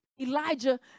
Elijah